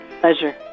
Pleasure